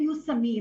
מיושמים,